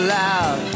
loud